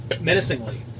menacingly